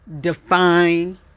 define